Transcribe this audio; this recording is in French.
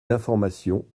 d’information